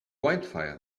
wildfire